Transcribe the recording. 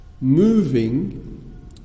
moving